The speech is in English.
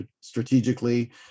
strategically